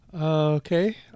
Okay